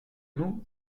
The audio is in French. nous